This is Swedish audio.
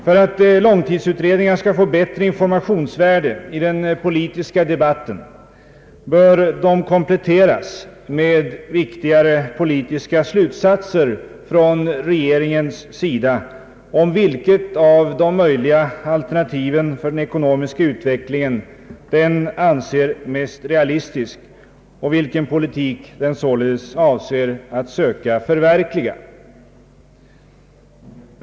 För att långtidsutredningarna skall få bättre informationsvärde i den politiska debatten bör de kompletteras med viktigare politiska slutsatser från regeringens sida om vilket av de möjliga alternativen för den ekonomiska ut vecklingen regeringen anser mest realistiskt och vilken politik den således avser att söka förverkliga.